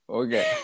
okay